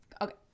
Okay